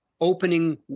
opening